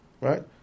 Right